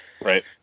Right